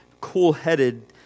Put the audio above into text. cool-headed